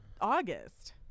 August